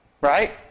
Right